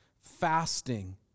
fasting